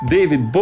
David